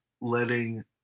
letting